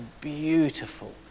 beautiful